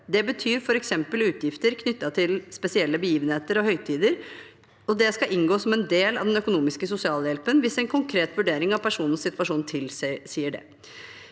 Det betyr f.eks. utgifter knyttet til spesielle begivenheter og høytider, og det skal inngå som en del av den økonomiske sosialhjelpen hvis en konkret vurdering av personens situasjon tilsier det.